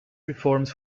reforms